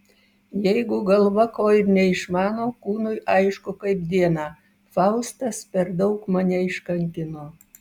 jeigu galva ko ir neišmano kūnui aišku kaip dieną faustas per daug mane iškankino